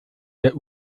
der